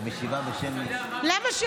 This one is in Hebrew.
את משיבה בשם מי?